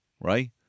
right